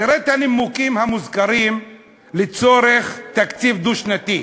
תראה את הנימוקים המוזכרים לצורך תקציב דו-שנתי.